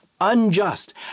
unjust